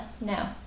no